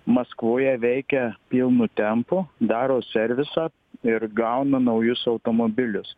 maskvoje veikia pilnu tempu daro servisą ir gauna naujus automobilius